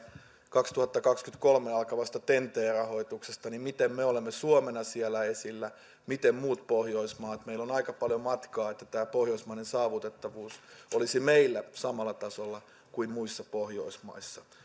kaksituhattakaksikymmentäkolme alkavasta ten t rahoituksesta niin miten me olemme suomena siellä esillä miten muut pohjoismaat meillä on aika paljon matkaa siihen että tämä pohjoismainen saavutettavuus olisi meillä samalla tasolla kuin muissa pohjoismaissa